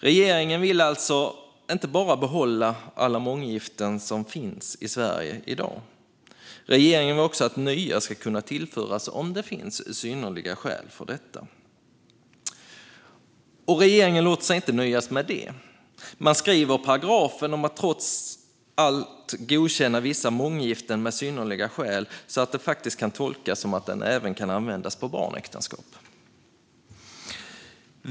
Regeringen vill alltså inte bara behålla alla månggiften som finns i Sverige i dag utan också att nya ska kunna tillföras om det finns synnerliga skäl för det. Och regeringen låter sig inte nöjas med det. Man skriver paragrafen om att trots allt godkänna vissa månggiften med synnerliga skäl på ett sådant sätt att det kan tolkas som att den även ska kunna användas på barnäktenskap.